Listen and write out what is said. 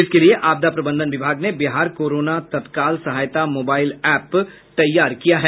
इसके लिये आपदा प्रबंधन विभाग ने बिहार कोरोना तत्काल सहायता मोबाईल एप्प तैयार किया है